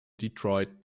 detroit